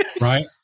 right